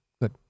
Good